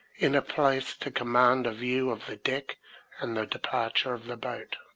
in a place to command a view of the deck and the departure of the boat.